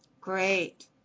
Great